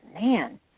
man